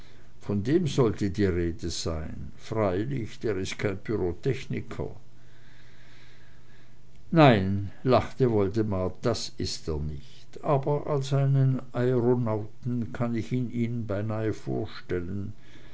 von dem sollte die rede sein freilich der ist kein pyrotechniker nein lachte woldemar das ist er nicht aber als einen aeronauten kann ich ihn ihnen beinahe vor